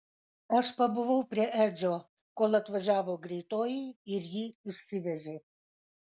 aš pabuvau prie edžio kol atvažiavo greitoji ir jį išsivežė